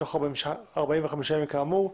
בתוך 45 ימים כאמור,